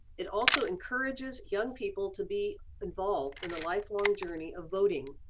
it also encourages young people to be involved in the lifelong journey of voting,